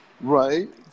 Right